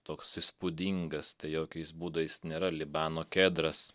toks įspūdingas jokiais būdais nėra libano kedras